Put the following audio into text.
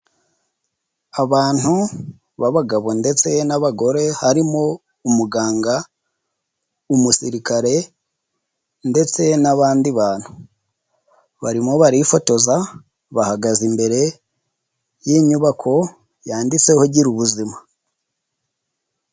Abantu b'abagabo n'abagore harimo umuganga, umusirikare ndetse n'abandi bantu barimo barifotoza bahagaze imbere y'inyubako yanditseho gira ubuzima.